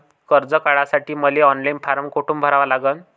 कर्ज काढासाठी मले ऑनलाईन फारम कोठून भरावा लागन?